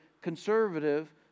conservative